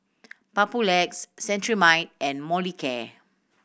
Papulex Cetrimide and Molicare